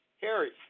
Harry